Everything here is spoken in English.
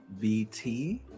VT